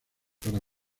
para